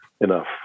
enough